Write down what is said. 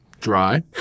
Dry